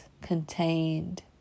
contained